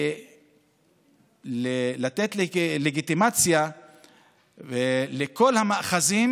לתת לגיטימציה לכל המאחזים,